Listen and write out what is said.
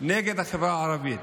נגד החברה הערבית.